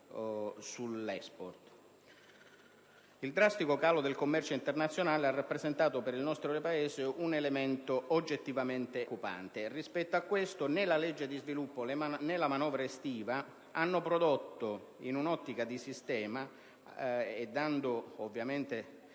Il drastico calo del commercio internazionale ha rappresentato per il nostro Paese un elemento oggettivamente preoccupante. Rispetto a questo, né la legge di sviluppo né la manovra estiva hanno prodotto, in un'ottica di sistema per il